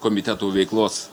komitetų veiklos